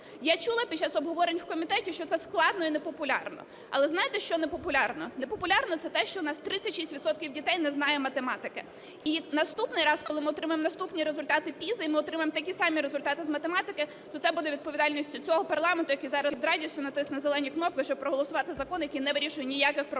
Я чула під час обговорень в комітеті, що це складно і непопулярно. Але, знаєте, що непопулярно, непопулярно - це те, що в нас 36 відсотків дітей не знає математики. І наступний раз, коли ми отримаємо наступні результати PISA і ми отримаємо такі самі результати з математики, то це буде відповідальністю цього парламенту, який зараз з радістю натисне зелені кнопки, щоб проголосувати закон, який не вирішує ніяких проблем